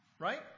Right